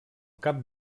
cap